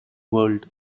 world